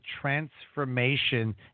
transformation